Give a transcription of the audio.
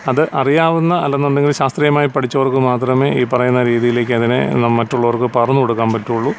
അത് അറിയാവുന്ന അല്ലെന്നുണ്ടെങ്കിൽ ശാസ്ത്രീയമായി പഠിച്ചവർക്ക് മാത്രമേ ഈ പറയുന്ന രീതിയിലേക്ക് അതിനെ മറ്റുള്ളവർക്ക് പറഞ്ഞു കൊടുക്കാൻ പറ്റുകയുള്ളൂ